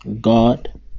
God